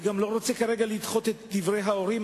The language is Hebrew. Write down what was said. אני גם לא רוצה כרגע לדחות את דברי ההורים,